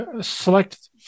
select